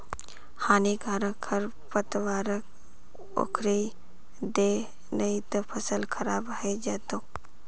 हानिकारक खरपतवारक उखड़इ दे नही त फसल खराब हइ जै तोक